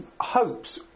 hopes